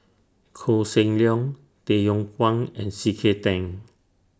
Koh Seng Leong Tay Yong Kwang and C K Tang